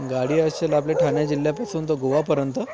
गाडी असेल आपली ठाणे जिल्ह्यापासून तो गोवापर्यंत